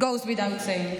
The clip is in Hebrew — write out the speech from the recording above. It goes without saying,